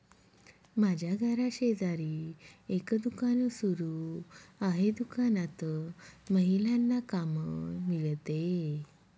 माझ्या घराशेजारी एक दुकान सुरू आहे दुकानात महिलांना काम मिळते